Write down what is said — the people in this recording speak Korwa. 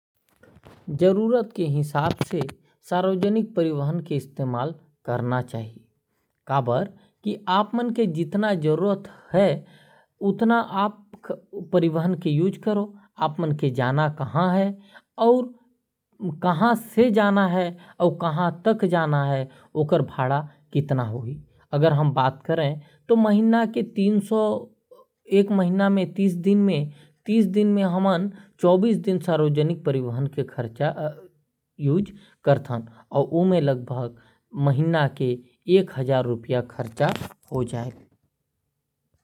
मैं एक महीना में बहुत बार सरकारी परिवहन के इस्तेमाल कर थो। कहे बर ओहर सस्ता रहेल और मोर काम हर आसानी ले पूरा होजायल और मै समय से कहीं भी आ जा पा थो।